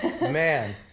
man